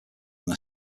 than